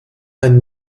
ein